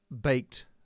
baked